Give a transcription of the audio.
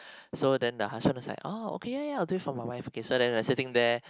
so then the husband was like oh okay ya ya I'll do it for my wife okay so then like sitting there